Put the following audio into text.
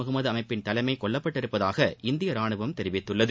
முகமது அமைப்பின் தலைமை கொல்லப்பட்டுள்ளதாக இந்திய ராணுவம் தெரிவித்துள்ளது